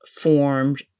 formed